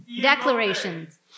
declarations